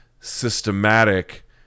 systematic